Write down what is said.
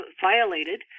violated